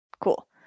Cool